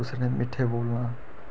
कुसै ने मिट्ठे बोलना